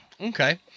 okay